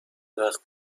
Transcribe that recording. وقت